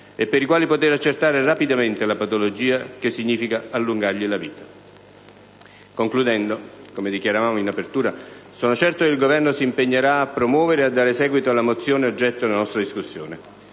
per i quali un accertamento rapido della patologia significa allungare loro la vita. Concludendo, come dichiarato in apertura, sono certo che il Governo si impegnerà a promuovere e a dare seguito alla mozione oggetto della nostra discussione.